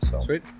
Sweet